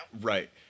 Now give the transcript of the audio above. Right